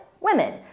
women